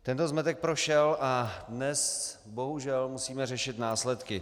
Tento zmetek prošel a dnes bohužel musíme řešit následky.